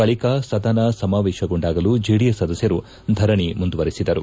ಬಳಿಕ ಸದನ ಸಮಾವೇಶಗೊಂಡಾಗಲೂ ಜೆಡಿಎಸ್ ಸದಸ್ಕರು ಧರಣಿ ಮುಂದುವರೆಸಿದರು